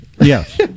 Yes